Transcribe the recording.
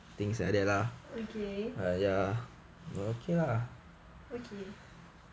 okay